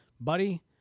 buddy